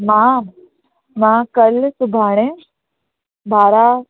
मां मां कल सुभाणे ॿारहं